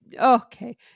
okay